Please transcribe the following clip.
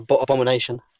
Abomination